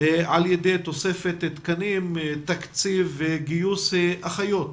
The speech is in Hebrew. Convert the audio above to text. על ידי תוספת תקנים, תקציב, גיוס אחיות,